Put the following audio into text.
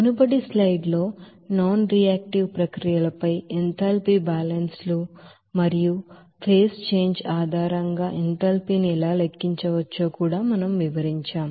మునుపటి స్లైడ్ లలో non reactive ప్రక్రియలపై ఎంథాల్పీ బ్యాలెన్స్ లు మరియు ఫేజ్ ఛేంజ్ ఆధారంగా ఎంథాల్పీని ఎలా లెక్కించవచ్చో కూడా మనం వివరించాం